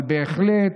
אבל בהחלט,